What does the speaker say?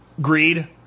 Greed